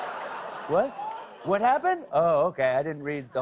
what? what happened? oh, okay. i didn't read